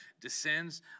descends